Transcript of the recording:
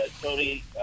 Tony